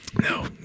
No